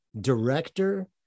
director